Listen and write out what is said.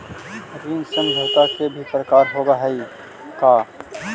ऋण समझौता के भी प्रकार होवऽ हइ का?